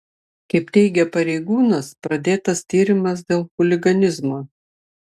kaip teigia pareigūnas pradėtas tyrimas dėl chuliganizmo